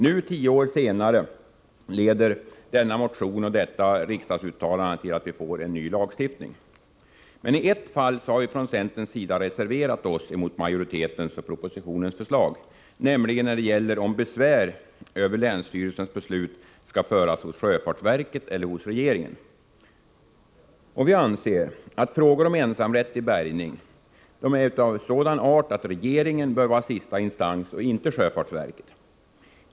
Nu tio år senare leder denna motion och detta riksdagsuttalande till att vi får en ny lagstiftning. I ett fall har vi från centerns sida reserverat oss mot majoritetens och propositionens förslag, nämligen när det gäller om besvär över länsstyrelsens beslut skall föras hos sjöfartsverket eller hos regeringen. Vi anser att frågan om ensamrätt till bärgning är av sådan art att regeringen bör vara sista instans och icke sjöfartsverket.